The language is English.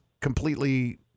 completely